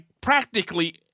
practically